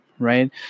right